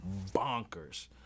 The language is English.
bonkers